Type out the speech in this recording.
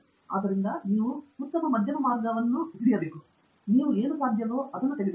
ಆದ್ದರಿಂದ ನೀವು ಉತ್ತಮ ಮಧ್ಯದ ಮಾರ್ಗವನ್ನು ಹೊಡೆಯಬೇಕು ನೀವು ಏನು ಸಾಧ್ಯವೋ ಅದನ್ನು ತೆಗೆದುಕೊಳ್ಳಿ